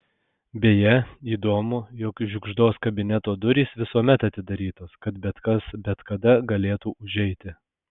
beje įdomu jog žiugždos kabineto durys visuomet atidarytos kad bet kas bet kada galėtų užeiti